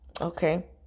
Okay